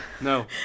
No